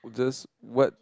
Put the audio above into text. just what